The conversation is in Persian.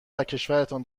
وکشورتان